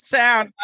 sound